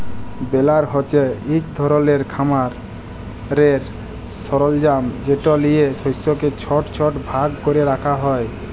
বেলার হছে ইক ধরলের খামারের সরলজাম যেট লিঁয়ে শস্যকে ছট ছট ভাগ ক্যরে রাখা হ্যয়